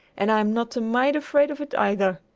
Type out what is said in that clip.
and i'm not a mite afraid of it either.